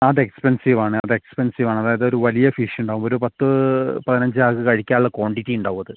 അത് എക്സ്പെൻസീവ് ആണ് അത് എക്സ്പെൻസീവ് ആണ് അതായത് ഒരു വലിയ ഫിഷ് ഉണ്ടാവും ഒരു പത്ത് പതിനഞാൾക്ക് കഴിക്കാനുള്ള ക്വാണ്ടിറ്റി ഉണ്ടാവും അത്